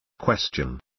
Question